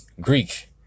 Greek